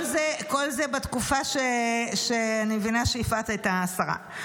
אני מבינה שכל זה בתקופה שיפעת הייתה שרה,